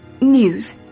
news